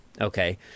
okay